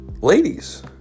Ladies